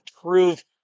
prove